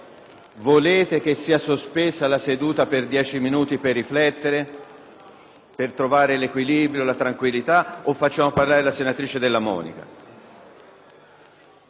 volete che sia sospesa la seduta per dieci minuti per riflettere, per trovare l'equilibrio e la tranquillità o lasciamo parlare la senatrice Della Monica?